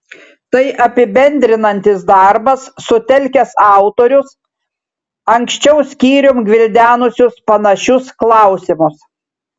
tai apibendrinantis darbas sutelkęs autorius anksčiau skyrium gvildenusius panašius klausimus